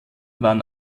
waren